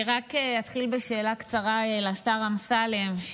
אני רק אתחיל בשאלה קצרה לשר אמסלם,